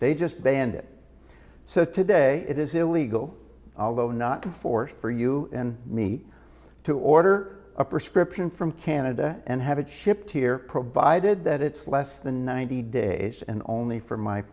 they just banned it so today it is illegal although not for for you and me to order a prescription from canada and have it shipped here provided that it's less than ninety days and only for my